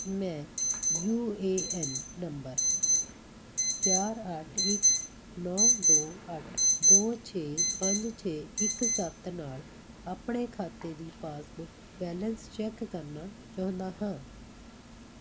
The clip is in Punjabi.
ਮੈਂ ਯੂ ਏ ਐਨ ਨੰਬਰ ਚਾਰ ਅੱਠ ਇੱਕ ਨੌਂ ਦੋ ਅੱਠ ਦੋ ਛੇ ਪੰਜ ਛੇ ਇੱਕ ਸੱਤ ਨਾਲ ਆਪਣੇ ਖਾਤੇ ਦੀ ਪਾਸਬੁੱਕ ਬੈਲੇਂਸ ਚੈੱਕ ਕਰਨਾ ਚਾਹੁੰਦਾ ਹਾਂ